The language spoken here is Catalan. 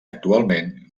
actualment